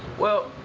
well,